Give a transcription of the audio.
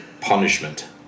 Punishment